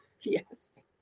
Yes